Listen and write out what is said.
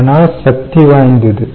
ஆனால் சக்தி வாய்ந்தது